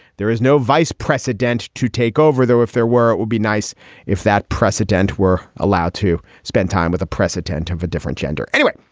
there is no vice president to take over, though if there were, it would be nice if that precedent were allowed to spend time with a precedent of a different gender anyway.